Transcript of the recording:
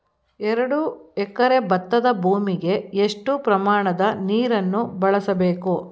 ಎರಡು ಎಕರೆ ಭತ್ತದ ಭೂಮಿಗೆ ಎಷ್ಟು ಪ್ರಮಾಣದ ನೀರನ್ನು ಬಳಸಬೇಕು?